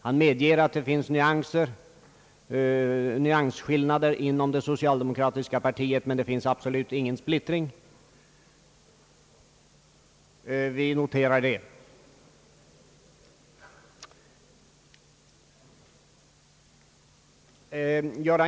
Han medger att det finns nyansskillnader inom det socialdemokratiska partiet men att det absolut inte råder splittring, och jag noterar detta.